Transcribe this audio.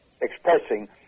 expressing